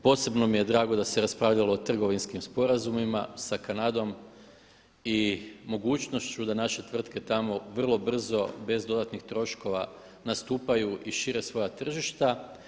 Posebno mi je drago da se raspravljalo o trgovinskim sporazumima sa Kanadom i mogućnošću da naše tvrtke tamo vrlo brzo bez dodatnih troškova nastupaju i šire svoja tržišta.